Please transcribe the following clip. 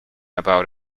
about